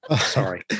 Sorry